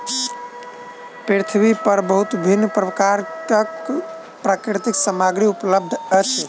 पृथ्वी पर बहुत भिन्न भिन्न प्रकारक प्राकृतिक सामग्री उपलब्ध अछि